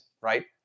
Right